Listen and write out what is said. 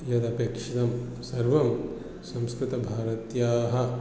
यदपेक्षितं सर्वं संस्कृतभारत्याः